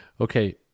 Okay